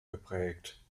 geprägt